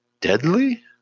Deadly